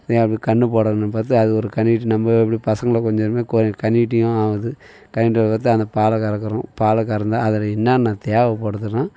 கன்று போடணும் பார்த்து அது ஒரு கன்றுக்குட்டி நம்ம எப்படி பசங்களை கொஞ்சுகிற மாதிரி கொ கன்றுக்குட்டியும் ஆகுது கன்றுக்குட்டிய பார்த்தா அந்த பாலை கறக்கிறோம் பாலை கறந்தால் அதில் என்னென்னா தேவைப்படுதுனா